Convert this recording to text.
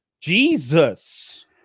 Jesus